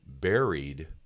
buried